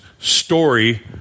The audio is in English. story